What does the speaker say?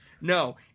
No